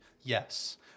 yes